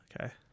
Okay